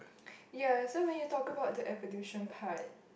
ya so when you talk about the evolution part